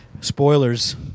Spoilers